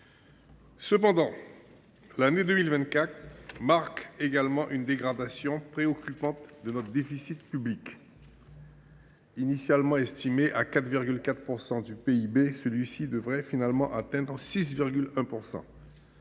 Toutefois, l’année 2024 marque également une dégradation préoccupante de notre déficit public. Initialement estimé à 4,4 % du PIB, celui ci devrait finalement atteindre un